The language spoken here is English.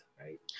right